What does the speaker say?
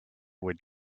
would